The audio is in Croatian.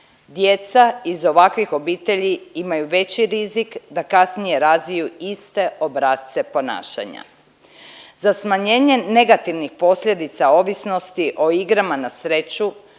Djeca iz ovakvih obitelji imaju veći rizik da kasnije razviju iste obrasce ponašanja. Za smanjenje negativnih posljedica ovisnosti o igrama na sreću